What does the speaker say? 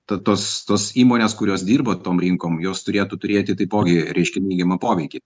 ta tos tos įmonės kurios dirbo tom rinkom jos turėtų turėti taipogi reiškia neigiamą poveikį